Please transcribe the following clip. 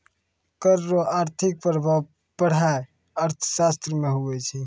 कर रो आर्थिक प्रभाब पढ़ाय अर्थशास्त्र मे हुवै छै